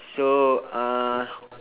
so uh